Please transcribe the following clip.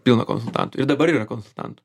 pilna konsultantų ir dabar yra konsultantų